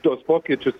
tuos pokyčius